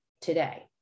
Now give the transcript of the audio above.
today